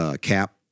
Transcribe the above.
Cap